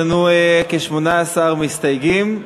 יש לנו כ-18 מסתייגים.